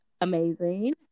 amazing